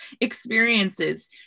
experiences